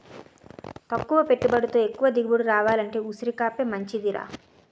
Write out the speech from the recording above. తక్కువ పెట్టుబడితో ఎక్కువ దిగుబడి రావాలంటే ఉసిరికాపే మంచిదిరా